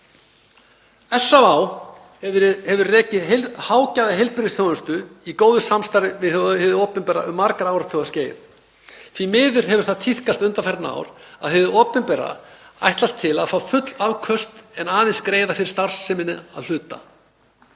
SÁÁ hafa rekið hágæðaheilbrigðisþjónustu í góðu samstarfi við hið opinbera um margra áratuga skeið. Því miður hefur það tíðkast undanfarin ár að hið opinbera ætlast til að fá full afköst en aðeins greiða fyrir starfsemina að hluta,